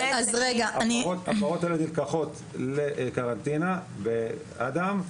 הפרות האלה נלקחות לקרנטינה באדם,